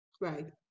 Right